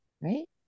Right